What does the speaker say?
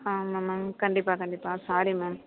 ஆமாம் மேம் கண்டிப்பாக கண்டிப்பாக சாரி மேம்